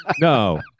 no